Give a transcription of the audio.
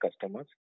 customers